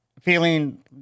feeling